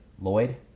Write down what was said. Lloyd